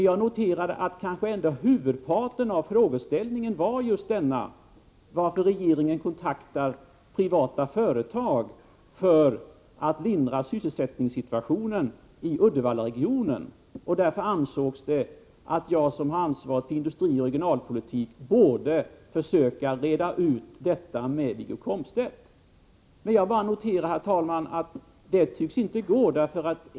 Jag noterar att huvudparten av frågeställningen kanske gällde orsaken till att regeringen kontaktar privata företag för att lindra sysselsättningssituationen i Uddevallaregionen. Därför ansågs det att jag — som har ansvaret för industrioch regionalpolitik — borde försöka reda ut frågan med Wiggo Komstedt. Jag noterar att detta inte tycks gå.